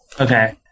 Okay